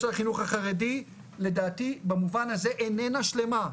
לחינוך החרדי לדעתי במובן הזה איננה שלימה,